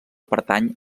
pertany